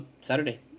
Saturday